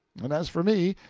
and as for me,